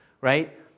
right